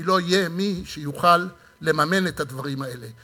כי לא יהיה מי שיוכל לממן את הדברים האלה.